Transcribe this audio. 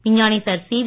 விஞ்ஞானி sir C we